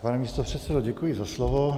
Pane místopředsedo, děkuji za slovo.